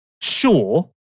Sure